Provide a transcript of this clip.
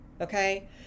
Okay